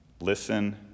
Listen